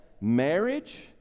marriage